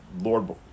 lord